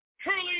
truly